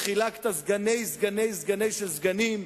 וחילקת סגני סגני סגני של סגנים.